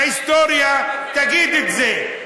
וההיסטוריה תגיד את זה.